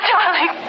Darling